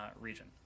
region